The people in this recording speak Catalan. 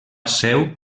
seu